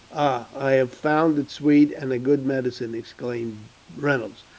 i have found it sweet and good medicine, exclaimed reynolds.